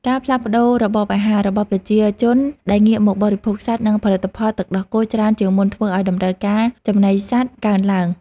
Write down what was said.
ការផ្លាស់ប្តូររបបអាហាររបស់ប្រជាជនដែលងាកមកបរិភោគសាច់ និងផលិតផលទឹកដោះគោច្រើនជាងមុនធ្វើឱ្យតម្រូវការចំណីសត្វកើនឡើង។